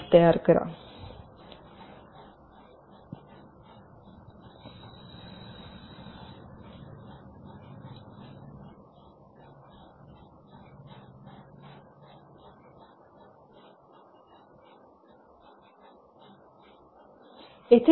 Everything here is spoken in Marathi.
तयार करा